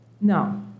No